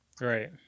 Right